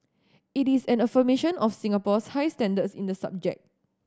it is an affirmation of Singapore's high standards in the subject